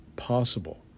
possible